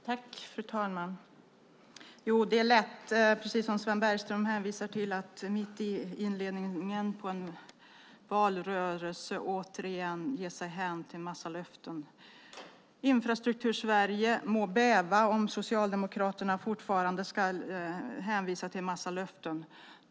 Fru talman! Det är lätt, precis som Sven Bergström hänvisar till, att mitt i inledningen på en valrörelse återigen ge sig hän åt en massa löften. Infrastruktursverige må bäva om Socialdemokraterna fortfarande ska hänvisa till en massa löften.